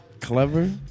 clever